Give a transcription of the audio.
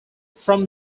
from